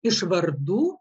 iš vardų